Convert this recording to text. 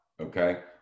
okay